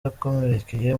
yakomerekeye